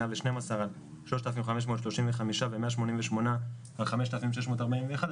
112 אחוזים על 3,535 שקלים ו-188 אחוזים על 5,641 שקלים.